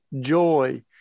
joy